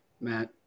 Matt